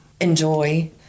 enjoy